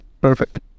Perfect